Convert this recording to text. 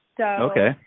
Okay